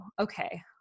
okay